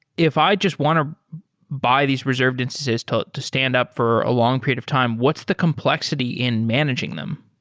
if i just want to buy these reserved instances to to stand up for a long period of time, what's the complexity in managing them?